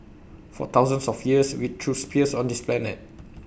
for thousands of years we threw spears on this planet